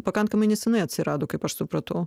pakankamai neseniai atsirado kaip aš supratau